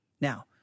Now